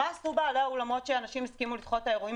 מה עשו בעלי האולמות כשאנשים הסכימו לדחות את האירועים?